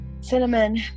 Cinnamon